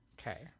Okay